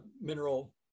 mineral